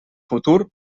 futur